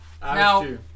Now